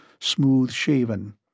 smooth-shaven